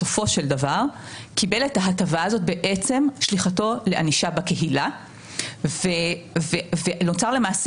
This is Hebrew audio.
בסופו של דבר קיבל את ההטבה הזאת בעצם שליחתו לענישה בקהילה ונוצר למעשה